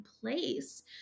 place